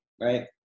right